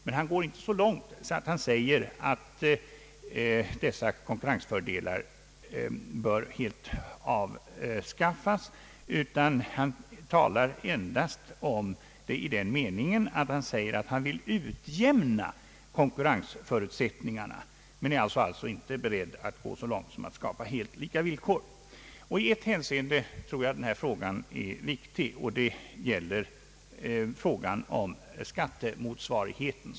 Men han går inte så långt att han säger att dessa konkurrensfördelar bör helt avskaffas. Han talar endast om det i den meningen att han vill utjämna konkurrensförutsättningarna, men han är alltså inte beredd att skapa helt lika villkor. I ett hänseende tror jag att denna fråga är viktig, och det gäller skattemotsvarigheten.